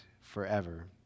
forever